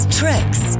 tricks